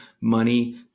money